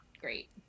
great